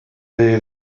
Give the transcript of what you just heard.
lived